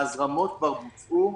ההזרמות כבר בוצעו.